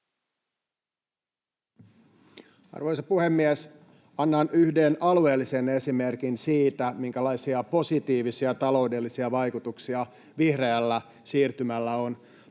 Arvoisa puhemies! Annan yhden alueellisen esimerkin siitä, minkälaisia positiivisia taloudellisia vaikutuksia vihreällä siirtymällä on: